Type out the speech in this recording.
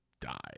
die